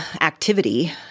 activity